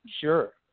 Sure